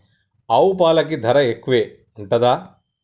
ఆవు పాలకి ధర ఎక్కువే ఉంటదా?